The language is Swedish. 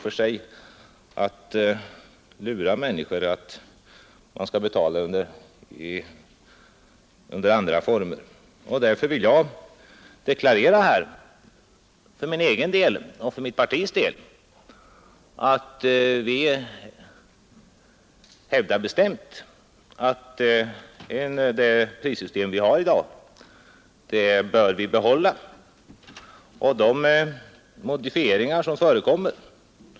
Genom att låta människorna betala i andra former lurar man dem bara. Därför vill jag för egen del och för mitt partis del deklarera att vi bestämt hävdar att vi bör behålla det prissystem som vi har i dag.